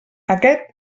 aquest